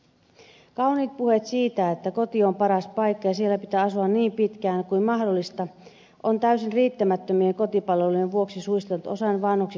on kauniita puheita siitä että koti on paras paikka ja siellä pitää asua niin pitkään kuin mahdollista mutta täysin riittämättömien kotipalveluiden vuoksi osa vanhuksista on suistunut heitteille